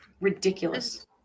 ridiculous